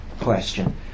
question